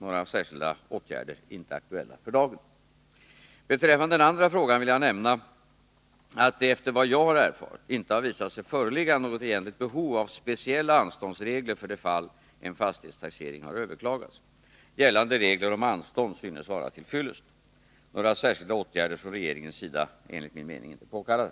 Några särskilda åtgärder är inte aktuella för dagen. Beträffande den andra frågan vill jag nämna att det, efter vad jag har erfarit, inte har visat sig föreligga något egentligt behov av speciella anståndsregler för de fall en fastighetstaxering har överklagats. Gällande regler om anstånd synes vara till fyllest. Några särskilda åtgärder från regeringens sida är enligt min mening inte påkallade.